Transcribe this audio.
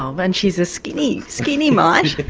um and she's a skinny, skinny mite.